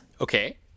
okay